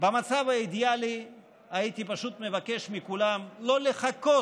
במצב האידיאלי הייתי פשוט מבקש מכולם לא לחכות